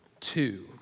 two